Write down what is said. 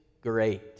great